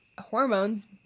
hormones